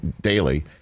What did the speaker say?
daily